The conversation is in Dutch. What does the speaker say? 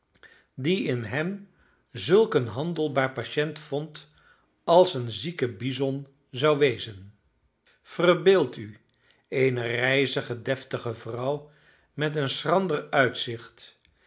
die in hem zulk een handelbaar patiënt vond als een zieke bison zou wezen verbeeld u eene rijzige deftige vrouw met een schrander uitzicht